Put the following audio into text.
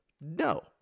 No